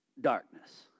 darkness